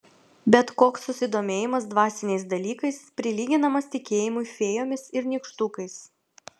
bet koks susidomėjimas dvasiniais dalykais prilyginamas tikėjimui fėjomis ir nykštukais